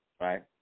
right